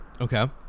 Okay